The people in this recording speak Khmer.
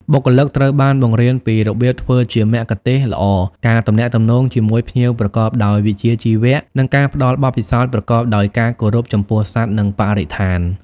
បុគ្គលិកត្រូវបានបង្រៀនពីរបៀបធ្វើជាមគ្គុទ្ទេសក៍ល្អ ការទំនាក់ទំនងជាមួយភ្ញៀវប្រកបដោយវិជ្ជាជីវៈ និងការផ្តល់បទពិសោធន៍ប្រកបដោយការគោរពចំពោះសត្វ និងបរិស្ថាន។